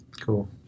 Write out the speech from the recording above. Cool